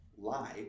Lie